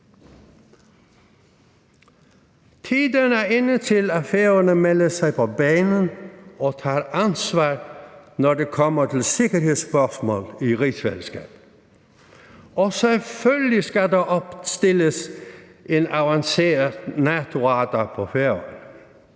Tiden er inde til, at Færøerne melder sig på banen og tager ansvar, når det kommer til sikkerhedsspørgsmål i rigsfællesskabet. Og selvfølgelig skal der opstilles en avanceret NATO-radar på Færøerne.